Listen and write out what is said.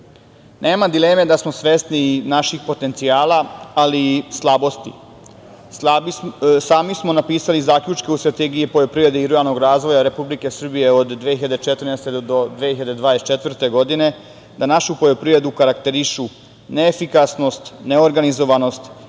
dileme da smo svesni naših potencijala, ali i slabosti. Sami smo napisali zaključke u Strategiji poljoprivrede i ruralnog razvoja Republike Srbije od 2014. do 2024. godine. Našu poljoprivredu karakterišu neefikasnost, neorganizovanost